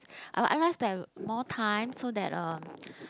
I I like to have more time so that um